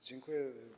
Dziękuję.